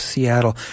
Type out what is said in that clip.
Seattle